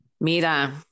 mira